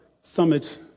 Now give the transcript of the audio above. summit